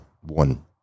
one